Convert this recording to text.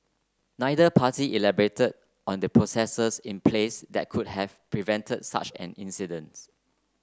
neither party elaborated on the processes in place that could have prevented such an incident